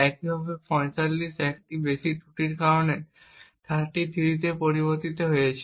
একইভাবে 45 এই একাধিক ত্রুটির কারণে 33 এ পরিবর্তিত হয়েছে